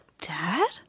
dad